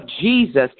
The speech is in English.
Jesus